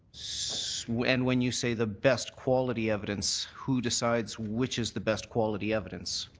so when when you say the best quality evidence, who decides which is the best quality evidence?